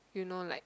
you know like